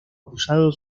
acusado